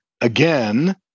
again